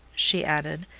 she added,